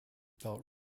belt